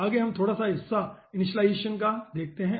आगे हम थोड़ा बहुत हिस्सा इनिशियलाइजेसन का देखते है